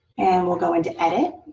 and we'll go into edit.